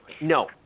No